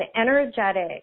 energetic